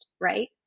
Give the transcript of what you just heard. right